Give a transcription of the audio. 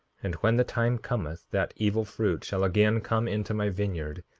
and when the time cometh that evil fruit shall again come into my vineyard,